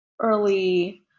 early